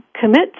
commit